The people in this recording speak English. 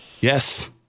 Yes